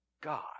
God